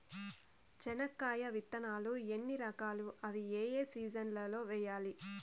చెనక్కాయ విత్తనాలు ఎన్ని రకాలు? అవి ఏ ఏ సీజన్లలో వేయాలి?